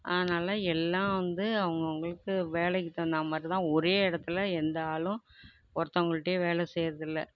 அதனால் எல்லாம் வந்து அவங்கவுங்களுக்கு வேலைக்கு தகுந்த மாதிரி தான் ஒரே இடத்துல எந்த ஆளும் ஒருத்தவங்கள்ட்டியே வேலை செய்றதில்லை